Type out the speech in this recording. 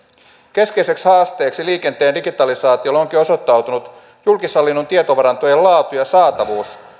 keskeiseksi haasteeksi liikenteen digitalisaatiolle onkin osoittautunut julkishallinnon tietovarantojen laatu ja saatavuus